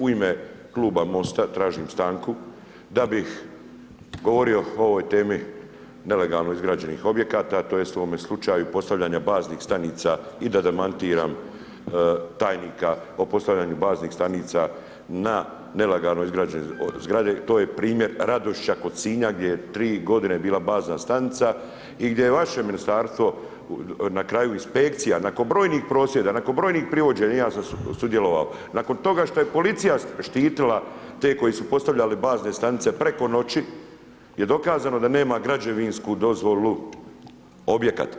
U ime kluba MOST-a tražim stanku da bih govorio o ovoj temi nelegalno izgrađenih objekata tj. u ovom slučaju postavljanja baznih stanica i da demantiram tajnika po postavljanju baznih stanica na nelegalno izgrađenoj zgradi, to je primjer Radušića kod Sinja gdje je 3 g. bila bazna stanica i gdje je vaše ministarstvo na kraju inspekcija, nakon brojnih prosvjeda, nakon brojnih privođenja, ja sam sudjelovao, nakon toga šta je policija štitila te koji su postavljali bazne stanice preko noći je dokazano da nema građevinsku dozvolu objekat.